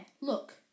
look